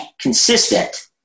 consistent